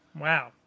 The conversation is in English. Wow